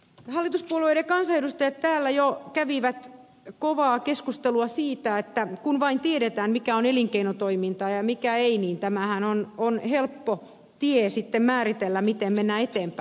hallituspuolueiden kansanedustajat täällä jo kävivät kovaa keskustelua siitä että kun vain tiedetään mikä on elinkeinotoimintaa ja mikä ei niin tämähän on helppo tie sitten määritellä miten mennään eteenpäin